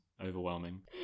overwhelming